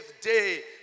day